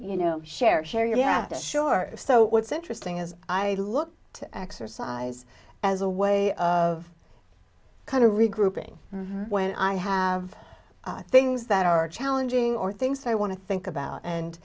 you know share share yes sure so what's interesting is i look to exercise as a way of kind of regrouping when i have things that are challenging or things i want to think about and